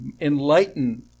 enlighten